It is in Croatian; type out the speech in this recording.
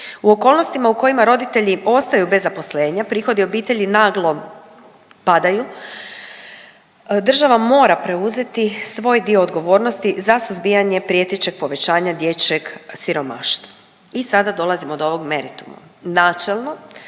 U okolnostima u kojima roditelji ostaju bez zaposlenja prihodi obitelji naglo padaju, država mora preuzeti svoj dio odgovornosti za suzbijanje prijetećeg povećanja dječjeg siromaštva. I sada dolazimo do ovog merituma. Načelno